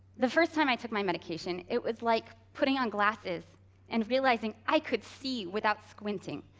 the first time i took my medication, it was like putting on glasses and realizing i could see without squinting.